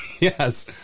Yes